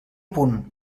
punt